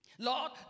Lord